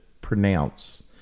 pronounce